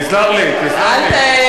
על הבית שלו,